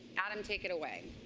adam, take it away.